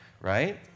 right